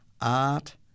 art